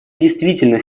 действительно